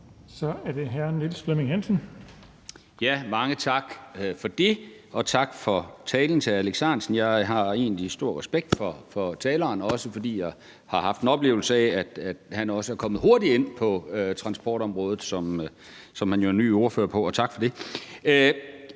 Hansen. Kl. 16:03 Niels Flemming Hansen (KF): Mange tak for det. Og tak til hr. Alex Ahrendtsen for talen. Jeg har egentlig stor respekt for taleren, også fordi jeg har haft en oplevelse af, at han er kommet hurtigt ind på transportområdet, som han jo er ny ordfører på, og tak for det.